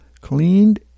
cleaned